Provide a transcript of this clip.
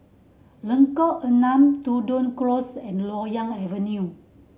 Lengkok Enam Tudor Close and Loyang Avenue